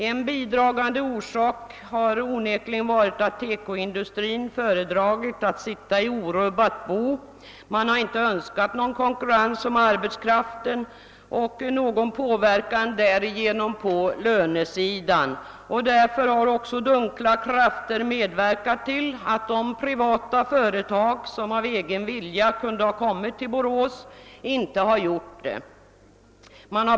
En bidragande orsak härtill har onekligen varit att TEKO-industrin föredragit att sitta i orubbat bo. Man har på detta håll inte önskat någon konkurrens om arbetskraften, som skulle kunna påverka lönesättningen. Dunkla krafter har medverkat till att privata företag, som av egen vilja hade kunnat etablera sig i Borås, inte gjort detta.